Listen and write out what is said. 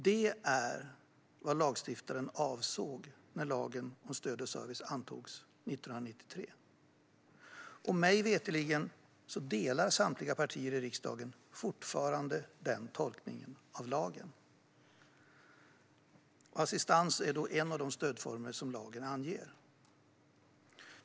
Det är vad lagstiftaren avsåg när lagen om stöd och service antogs 1993. Mig veterligen delar samtliga partier i riksdagen fortfarande den tolkningen av lagen. Assistans är en av de stödformer som lagen anger.